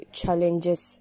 challenges